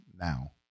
now